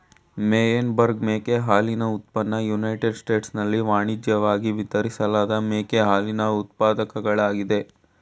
Meyenberg ಮೇಕೆ ಹಾಲಿನ ಉತ್ಪನ್ನ ಯುನೈಟೆಡ್ ಸ್ಟೇಟ್ಸ್ನಲ್ಲಿ ವಾಣಿಜ್ಯಿವಾಗಿ ವಿತರಿಸಲಾದ ಮೇಕೆ ಹಾಲಿನ ಉತ್ಪಾದಕಗಳಾಗಯ್ತೆ